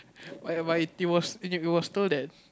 but but it was it was told that